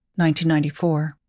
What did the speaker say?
1994